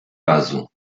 razu